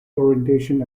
orientation